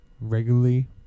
regularly